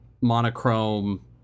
monochrome